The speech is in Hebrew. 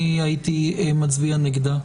אני הייתי מצביע נגדה.